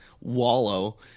wallow